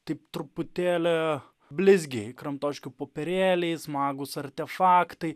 taip truputėlį blizgiai kramtoškių popierėliai smagūs artefaktai